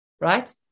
Right